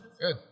Good